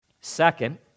Second